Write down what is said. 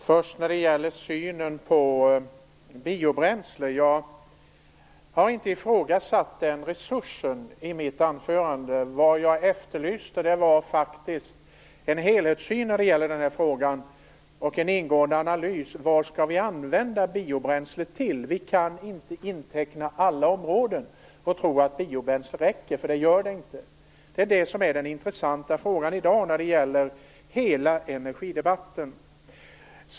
Herr talman! Först gäller det synen på biobränsle. I mitt anförande ifrågasatte jag inte den resursen. Vad jag efterlyste var faktiskt en helhetssyn i den här frågan och en ingående analys av vad vi skall använda biobränslet till. Vi kan inte inteckna alla områden och tro att biobränslet räcker, för det gör det inte. Det är den intressanta frågan i dag när det gäller hela energidebatten.